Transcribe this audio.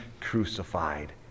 crucified